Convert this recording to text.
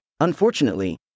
Unfortunately